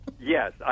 yes